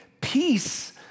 peace